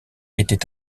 était